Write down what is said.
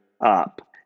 up